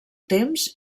temps